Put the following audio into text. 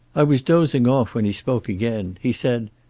i was dozing off when he spoke again. he said,